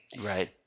Right